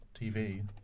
TV